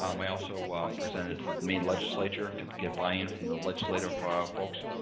um i also presented to the maine legislature to get buy-in from the legislative folks.